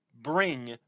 bring